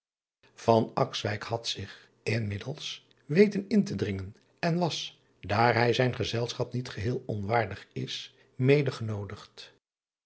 had zich inmiddels weten in te dringen en was daar hij zijn gezelschap niet geheel onwaardig is mede genoodigd